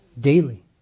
daily